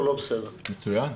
חוק מצוין.